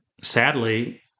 sadly